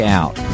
out